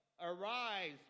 arise